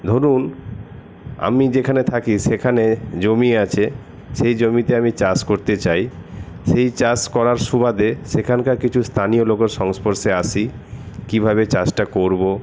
ধরুন আমি যেখানে থাকি সেখানে জমি আছে সেই জমিতে আমি চাষ করতে চাই সেই চাষ করার সুবাদে সেখানকার কিছু স্থানীয় লোকের সংস্পর্শে আসি কীভাবে চাষটা করবো